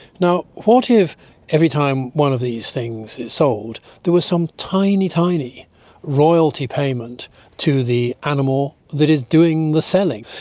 what if every time one of these things is sold, there was some tiny, tiny royalty payment to the animal that is doing the selling?